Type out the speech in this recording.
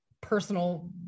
personal